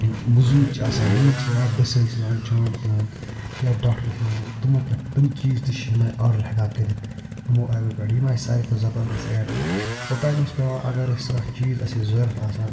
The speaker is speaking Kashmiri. یِم مزوٗر چھِ آسان یا دٔسِل چھِ آسان یا چھان چھِ آسان یا ڈاکٹر تِموٚو پٮ۪ٹھ تِم چیٖز تہِ چھِ یِم آرڈر ہیٚکان کٔرِتھ یِموٚو ایپوٚو پٮ۪ٹھ یِم آیہِ ساروٕے کھۄتہٕ زَبردست ایپہٕ اوٚتانۍ اوس پیٚوان اَگر اسہِ کانٛہہ چیٖز آسہِ ہے ضروٗرت آسان